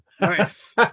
nice